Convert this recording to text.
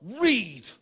read